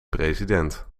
president